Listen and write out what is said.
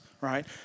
right